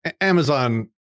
Amazon